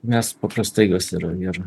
nes paprastai ir